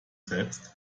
selbst